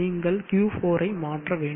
நீங்கள் Q4 ஐ மாற்ற வேண்டும்